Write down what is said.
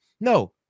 No